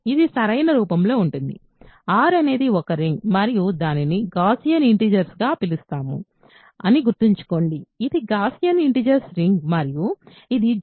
ఇది సరైన రూపంలో ఉంటుంది R అనేది ఒక రింగ్ మరియు దానిని గాస్సియన్ ఇంటిజర్స్ గా పిలుస్తాము అని గుర్తుంచుకోండి ఇది గాస్సియన్ ఇంటిజర్స్ రింగ్ మరియు ఇది Zi చే సూచించబడుతుంది